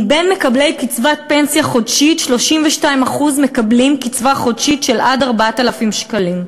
ממקבלי קצבת פנסיה חודשית 32% מקבלים קצבה חודשית עד 4,000 שקלים.